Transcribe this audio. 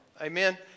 Amen